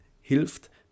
hilft